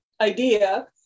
idea